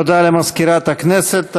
תודה למזכירת הכנסת.